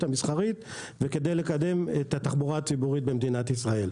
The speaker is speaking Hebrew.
המסחרית וכדי לקדם את התחבורה הציבורית במדינת ישראל.